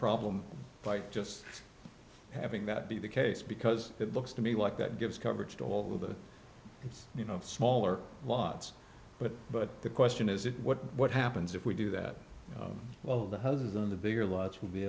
problem by just having that be the case because it looks to me like that gives coverage to all the it's you know smaller lots but but the question is it what happens if we do that well the houses on the bigger lots will be